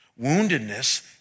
Woundedness